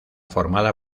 formada